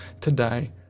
today